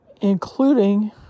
including